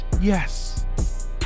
Yes